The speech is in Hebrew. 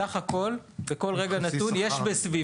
בסך הכול, בכל רגע נתון יש בסביבות